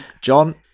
John